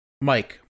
Mike